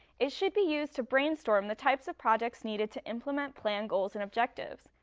it should be used to brainstorm the types of projects needed to implement plan goals and objectives.